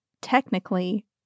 technically